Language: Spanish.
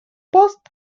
post